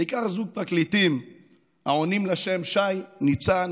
בעיקר זוג פרקליטים העונים לשם שי ניצן